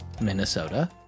Minnesota